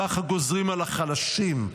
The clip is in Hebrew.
ככה גוזרים על החלשים,